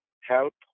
help